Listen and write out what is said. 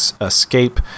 escape